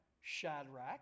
Shadrach